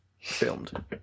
filmed